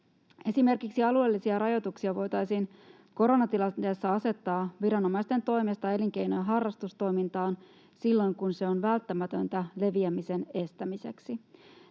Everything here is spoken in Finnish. Esimerkiksi alueellisia rajoituksia voitaisiin koronatilanteessa asettaa viranomaisten toimesta elinkeino- ja harrastustoimintaan silloin, kun se on välttämätöntä leviämisen estämiseksi.